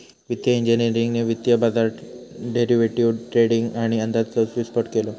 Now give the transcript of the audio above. वित्तिय इंजिनियरिंगने वित्तीय बाजारात डेरिवेटीव ट्रेडींग आणि अंदाजाचो विस्फोट केलो